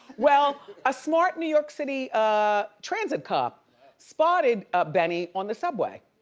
well, a smart new york city ah transit cop spotted ah benny on the subway.